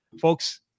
Folks